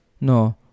no